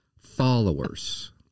followers